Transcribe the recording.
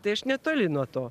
tai aš netoli nuo to